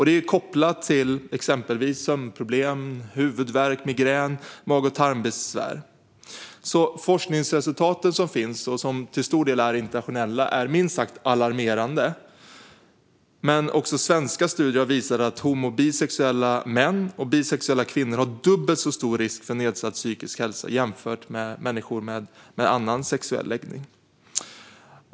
Det är kopplat till exempelvis sömnproblem, huvudvärk, migrän och mag och tarmbesvär. Forskningsresultaten som finns, som till stor del är internationella, är alltså minst sagt alarmerande. Också svenska studier har visat att homo och bisexuella män och bisexuella kvinnor har dubbelt så stor risk för nedsatt psykisk hälsa som människor med annan sexuell läggning.